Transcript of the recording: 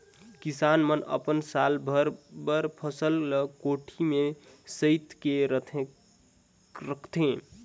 किसान मन अपन साल भर बर फसल ल कोठी में सइत के रखथे